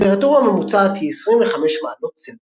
הטמפרטורה הממוצעת היא 25 מעלות צלזיוס.